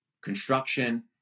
construction